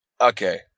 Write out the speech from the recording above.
Okay